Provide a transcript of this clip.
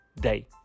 day